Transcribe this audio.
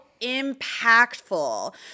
impactful